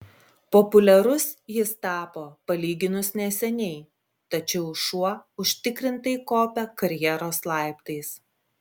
populiarus jis tapo palyginus neseniai tačiau šuo užtikrintai kopia karjeros laiptais